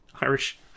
Irish